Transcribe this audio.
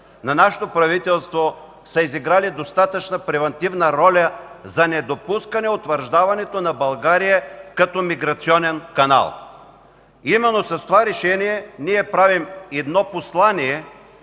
на нашето правителство са изиграли достатъчно превантивна роля за недопускане утвърждаването на България като миграционен канал. Именно с това решение ние правим едно послание